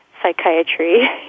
Psychiatry